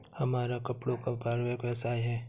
हमारा कपड़ों का पारिवारिक व्यवसाय है